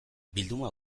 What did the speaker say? bilduma